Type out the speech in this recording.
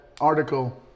article